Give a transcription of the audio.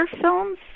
films